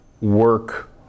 work